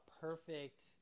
perfect